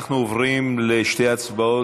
אנחנו עוברים לשתי הצבעות,